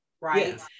right